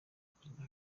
perezida